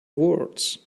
words